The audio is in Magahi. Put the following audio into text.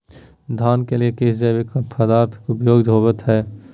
धान के लिए किस जैविक पदार्थ का उपयोग होवत है?